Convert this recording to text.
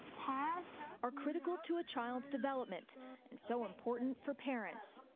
are critical to a child's development, and so important for parents.